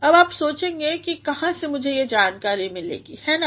अब आप सोचेंगे के कहाँ से मुझे ये जानकारी मिलेगी है ना